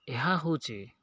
ଏହା ହେଉଛି